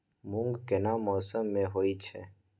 मूंग केना मौसम में होय छै?